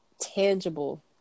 tangible